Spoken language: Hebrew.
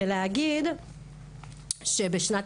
ולהגיד שבשנת